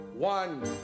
One